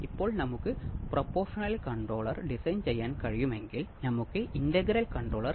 ഇപ്പോൾ അടുത്ത മൊഡ്യൂളിൽ നമ്മൾ എന്ത് കാണും